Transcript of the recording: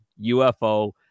UFO